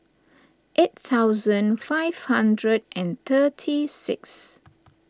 eight thousand five hundred and thirty six